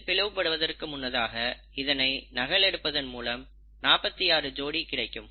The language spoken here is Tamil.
செல் பிளவுபடுவதற்கு முன்னதாக இதனை நகலெடுப்பதன் மூலம் 46 ஜோடி கிடைக்கும்